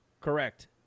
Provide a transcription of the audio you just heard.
Correct